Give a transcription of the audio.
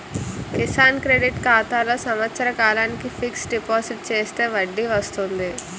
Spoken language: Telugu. కిసాన్ క్రెడిట్ ఖాతాలో సంవత్సర కాలానికి ఫిక్స్ డిపాజిట్ చేస్తే వడ్డీ వస్తుంది